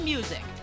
Music